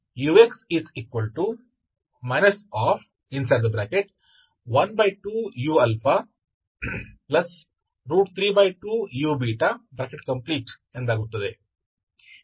ಆದ್ದರಿಂದ ಇದು ux 12u32u ಎಂದಾಗುತ್ತದೆ